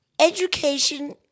Education